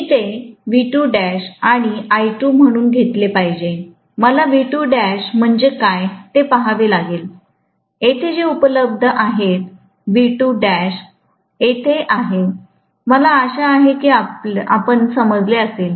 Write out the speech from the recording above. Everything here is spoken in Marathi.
मी ते V2 डॅश आणि I2 म्हणून घेतले पाहिजे मला म्हणजे काय ते पहावे लागेल येथे जे उपलब्ध आहेतेयेथे आहे मला आशा आहे की आपण समजले असेल